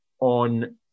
on